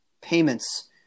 payments